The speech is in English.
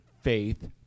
faith